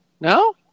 No